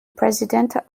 president